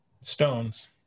Stones